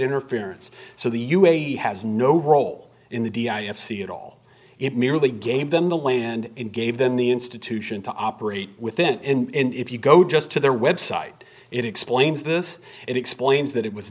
interference so the u a e has no role in the i f c at all it merely gave them the land and gave them the institution to operate within you go just to their website it explains this and explains that it was